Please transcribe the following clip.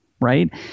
right